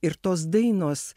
ir tos dainos